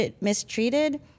mistreated